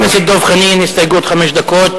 חבר הכנסת דב חנין, הסתייגות, חמש דקות.